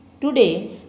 Today